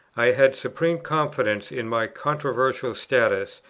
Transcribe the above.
i had supreme confidence in my controversial status,